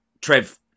trev